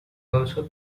also